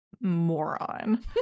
moron